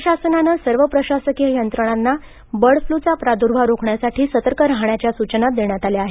राज्य शासनानं सर्व प्रशासकीय यंत्रणांना बर्ड फ्लू चा प्रादुर्भाव रोखण्यासाठी सतर्क राहण्याच्या सूचना देण्यात आल्या आहेत